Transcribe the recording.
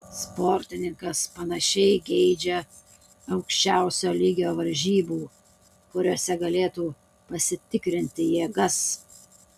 sportininkas panašiai geidžia aukščiausio lygio varžybų kuriose galėtų pasitikrinti jėgas